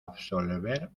absolver